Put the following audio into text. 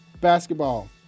Basketball